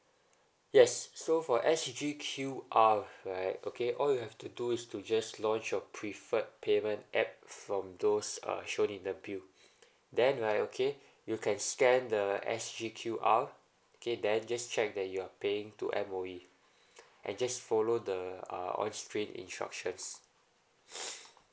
yes so for S_G_Q_R right okay all you have to do is to just launch your preferred payment app from those uh showed in the bill then right okay you can scan the S_G_Q_R okay then just check that you're paying to M_O_E and just follow the uh on screen instructions